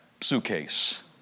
suitcase